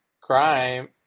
crime